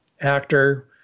actor